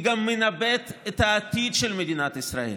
היא גם מנבאת את העתיד של מדינת ישראל.